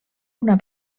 una